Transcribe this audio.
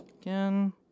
again